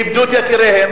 הם איבדו את יקיריהם.